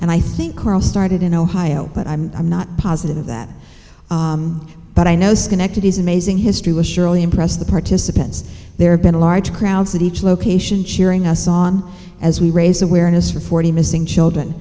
and i think carl started in ohio but i'm i'm not positive of that but i know schenectady is amazing history was surely impressed the participants there been a large crowds at each location cheering us on as we raise awareness for forty missing children